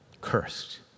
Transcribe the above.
Cursed